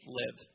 live